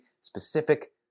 specific